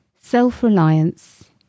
Self-reliance